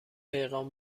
پیغام